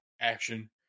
action